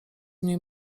mniej